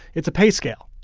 it's a pay scale.